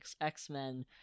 X-Men